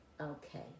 Okay